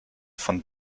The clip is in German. von